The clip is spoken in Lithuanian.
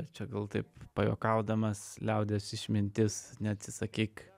čia gal taip pajuokaudamas liaudies išmintis neatsisakyk